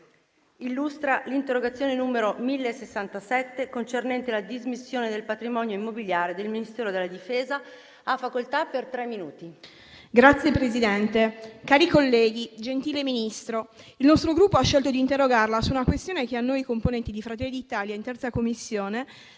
il nostro Gruppo ha scelto di interrogarla su una questione che a noi componenti di Fratelli d'Italia, in 3a Commissione,